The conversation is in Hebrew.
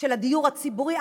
של הדיור הציבורי,